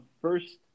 first